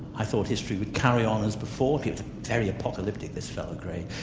i thought history would carry on as before, very apocalyptic this fellow, gray',